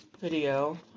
video